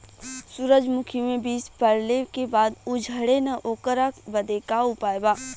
सुरजमुखी मे बीज पड़ले के बाद ऊ झंडेन ओकरा बदे का उपाय बा?